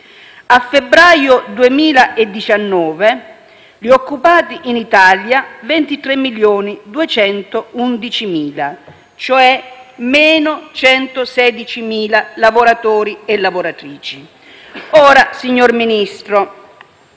a febbraio 2019, gli occupati in Italia erano 23.211.000, cioè 116.000 lavoratori e lavoratrici in meno. Signor Ministro,